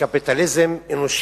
קפיטליזם אנושי.